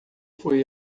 foi